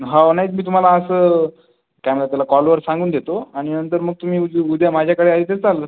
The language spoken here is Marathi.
हो नाही तर मी तुम्हाला असं काय म्हणतात त्याला कॉलवर सांगून देतो आणि नंतर मग तुम्ही उद उद्या माझ्याकडे आले तरी चालेल